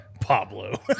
Pablo